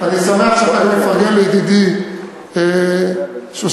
אני שמח שאתה מפרגן לידידי שושני,